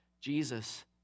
Jesus